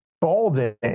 balding